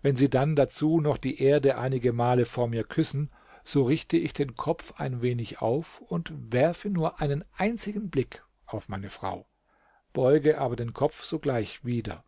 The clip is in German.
wenn sie dann dazu noch die erde einige male vor mir küssen so richte ich den kopf ein wenig auf und werfe nur einen einzigen blick auf meine frau beuge aber den kopf sogleich wieder